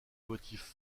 motifs